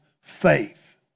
faith